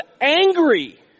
angry